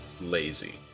lazy